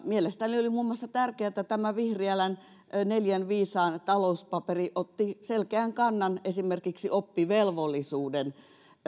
mielestäni oli tärkeää muun muassa se että tämä vihriälän neljän viisaan talouspaperi otti selkeän kannan esimerkiksi oppivelvollisuuden